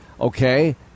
Okay